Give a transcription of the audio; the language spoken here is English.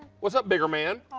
what's up bigger man?